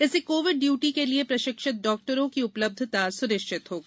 इससे Covid duty के लिए प्रशिक्षित डॉक्टरों की उपलब्यता सुनिश्चित होगी